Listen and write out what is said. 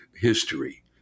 history